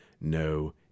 no